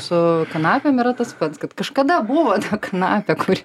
su kanapėm yra tas pats kad kažkada buvo kanapė kur